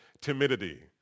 timidity